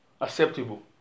acceptable